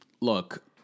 look